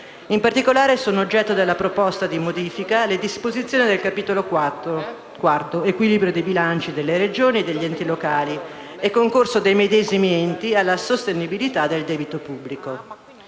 In particolare, sono oggetto della proposta di modifica le disposizioni del Capo IV (Equilibrio dei bilanci delle regioni e degli enti locali e concorso dei medesimi enti alla sostenibilità del debito pubblico).